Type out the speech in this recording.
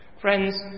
Friends